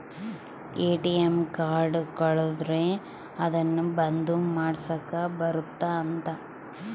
ATM card ಕಳುದ್ರೆ ಅದುನ್ನ ಬಂದ್ ಮಾಡ್ಸಕ್ ಬರುತ್ತ ಅಂತ